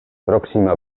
próxima